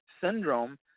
syndrome